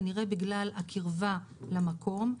כנראה בגלל הקרבה למקום.